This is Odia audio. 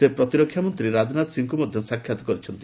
ସେ ପ୍ରତିରକ୍ଷାମନ୍ତ୍ରୀ ରାଜନାଥ ସିଂହଙ୍କୁ ମଧ୍ୟ ସାକ୍ଷାତ୍ କରିଛନ୍ତି